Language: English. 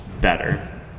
better